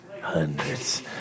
Hundreds